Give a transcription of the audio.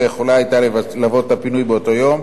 לא יכולה היתה ללוות את הפינוי באותו יום,